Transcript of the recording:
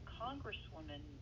congresswoman